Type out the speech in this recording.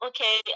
Okay